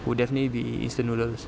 would definitely be instant noodles